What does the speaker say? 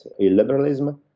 illiberalism